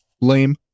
lame